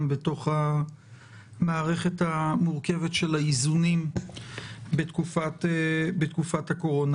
בתוך המערכת המורכבת של האיזונים בתקופת הקורונה.